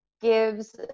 gives